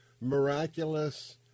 miraculous